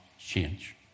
change